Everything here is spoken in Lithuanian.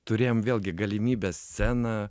turėjom vėlgi galimybę sceną